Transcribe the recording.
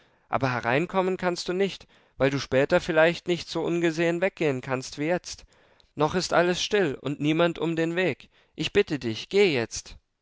aber hereinkommen kannst du nicht weil du später vielleicht nicht so ungesehen weggehen kannst wie jetzt noch ist alles still und niemand um den weg ich bitte dich geh jetzt